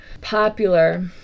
popular